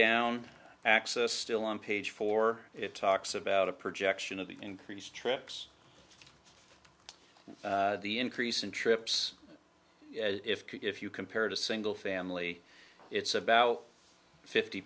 down access still on page four it talks about a projection of the increased trips the increase in trips if if you compared a single family it's about fifty